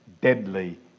deadly